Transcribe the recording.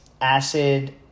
acid